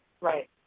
Right